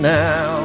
now